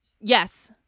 Yes